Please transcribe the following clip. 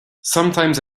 sometimes